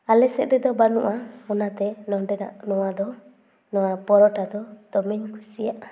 ᱟᱞᱮ ᱥᱮᱫ ᱨᱮᱫᱚ ᱵᱟᱹᱱᱩᱜᱼᱟ ᱚᱱᱟᱛᱮ ᱱᱚᱸᱰᱮᱱᱟᱜ ᱱᱚᱣᱟ ᱫᱚ ᱱᱚᱣᱟ ᱯᱚᱨᱚᱴᱟ ᱫᱚ ᱫᱚᱢᱮᱧ ᱠᱩᱥᱤᱭᱟᱜᱼᱟ